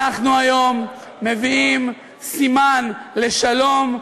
אנחנו היום מביאים סימן לשלום,